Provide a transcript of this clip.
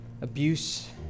abuse